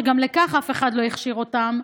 שגם לכך אף אחד לא הכשיר אותם,